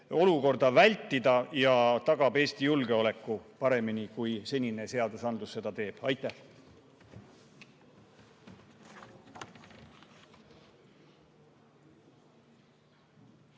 olukorda vältida ja tagab Eesti julgeoleku paremini, kui senised seadused seda teevad. Aitäh!